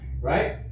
Right